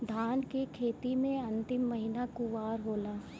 धान के खेती मे अन्तिम महीना कुवार होला?